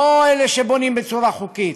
לא אלה שבונים בצורה חוקית,